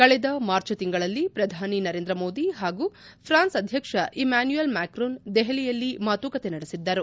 ಕಳೆದ ಮಾರ್ಚ್ ತಿಂಗಳಲ್ಲಿ ಪ್ರಧಾನಿ ನರೇಂದ್ರ ಮೋದಿ ಹಾಗೂ ಪ್ರಾನ್ಸ್ ಅಧ್ಯಕ್ಷ ಇಮ್ದುನ್ಯೂಲ್ ಮಾಕ್ರೋನ್ ದೆಹಲಿಯಲ್ಲಿ ಮಾತುಕತೆ ನಡೆಸಿದ್ದರು